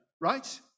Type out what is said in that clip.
right